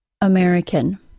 American